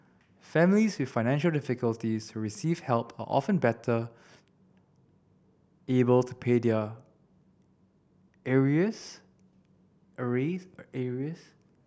families with financial difficulties receive help are often better able to pay their arrears